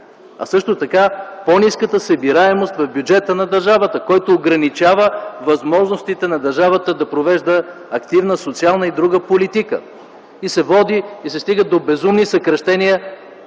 а също така по-ниската събираемост в бюджета на държавата, който ограничава възможностите на държавата да провежда активна, социална и друга политика и се стига до безумни съкращения